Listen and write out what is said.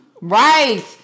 Right